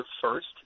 first